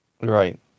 Right